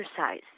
exercise